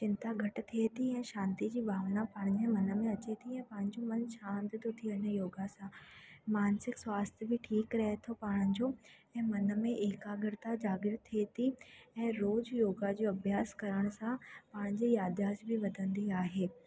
चिंता घटि थिए थी ऐं शांती जी भावना पाण जे मन में अचे थी ऐं पंहिंजो मन शांति थो थी वञे योगा सां मानसिक स्वास्थ्य बि ठीकु रहे थो पाण जो ऐं मन में एकाग्रता जाग्रत थिए थी ऐं रोज़ु योगा जो अभ्यास करण सां पाण जी याददाश्त बि वधंदी आहे